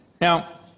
Now